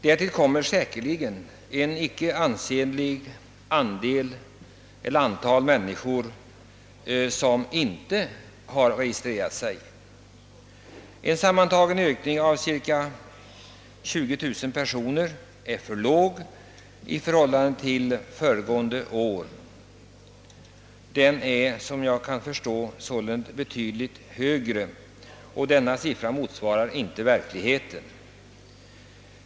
Därtill kommer säkerligen ett icke oansenligt antal människor som inte har registrerat sig. En sammantagen ökning av cirka 20 000 personer är för lågt i förhållande till föregående års siffror. Ökningen är enligt vad jag kan förstå betydligt högre, och den nu uppgivna siffran motsvarar inte verkligheten.